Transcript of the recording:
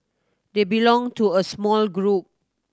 they belong to a small group